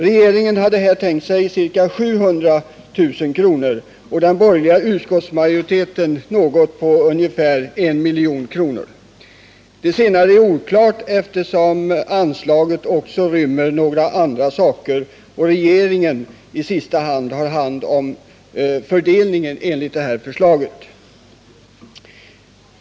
Regeringen hade tänkt sig ca 700 000 kr. och den borgerliga utskottsmajoriteten ungefär 1 milj.kr. Det senare är oklart eftersom anslaget också rymmer några andra saker och det är regeringen som i sista hand sköter fördelningen enligt det här förslaget.